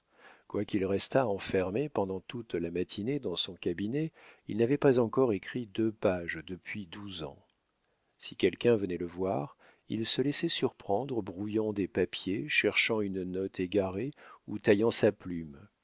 quoiqu'il restât enfermé pendant toute la matinée dans son cabinet il n'avait pas encore écrit deux pages depuis douze ans si quelqu'un venait le voir il se laissait surprendre brouillant des papiers cherchant une note égarée ou taillant sa plume